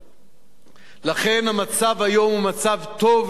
לכן המצב היום הוא מצב טוב לאין שיעור מאי-פעם,